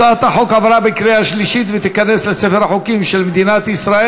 הצעת החוק עברה בקריאה שלישית ותיכנס לספר החוקים של מדינת ישראל.